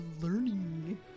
Learning